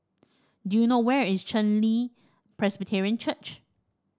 do you know where is Chen Li Presbyterian Church